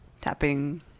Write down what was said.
Tapping